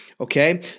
Okay